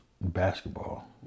basketball